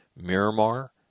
Miramar